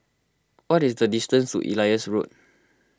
what is the distance to Elias Road